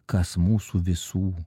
kas mūsų visų